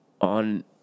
On